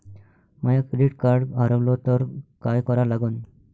माय credit card हारवलं तर काय करा लागन?